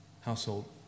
household